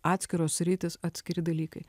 atskiros sritys atskiri dalykai